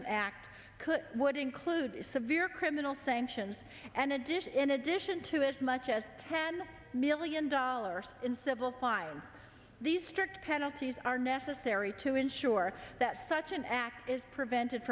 could would include severe criminal sanctions an addition in addition to as much as ten million dollars in civil fines these strict penalties are necessary to ensure that such an act is prevent